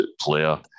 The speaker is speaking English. player